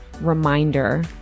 reminder